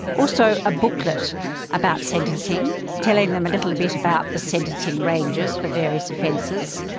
also a booklet about sentencing, telling them little bit about the sentencing ranges for various offences,